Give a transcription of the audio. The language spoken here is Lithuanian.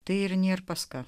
tai ir nėr pas ką